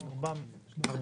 400?